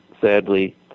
sadly